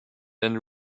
then